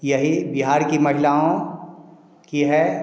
यही बिहार की महिलाओं की है